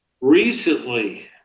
Recently